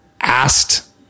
asked